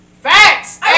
Facts